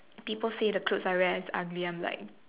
people say the clothes I wear is ugly